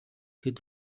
хэд